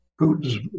Putin's